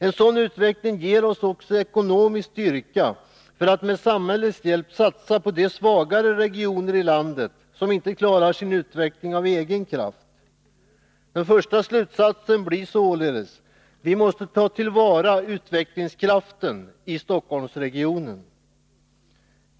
En sådan utveckling ger oss också ekonomisk styrka, så att vi med samhällets hjälp kan satsa på de svagare regioner i landet som inte klarar sin utveckling av egen kraft. Den första slutsatsen blir således att vi måste ta till vara utvecklingskraften i Stockholmsregionen!